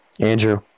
Andrew